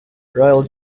royal